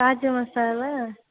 masala